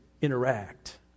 interact